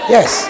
Yes